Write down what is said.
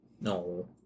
No